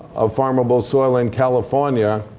of farmable soil in california